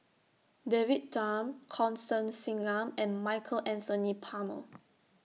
David Tham Constance Singam and Michael Anthony Palmer